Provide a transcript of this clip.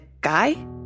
guy